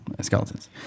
Skeletons